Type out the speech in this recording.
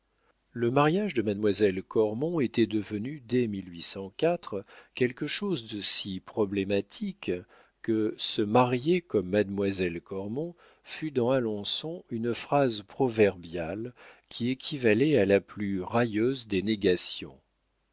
le mariage de mademoiselle cormon était devenu dès quelque chose de si problématique que se marier comme mademoiselle cormon fut dans alençon une phrase proverbiale qui équivalait à la plus railleuse des négations